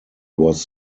was